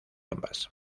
ambas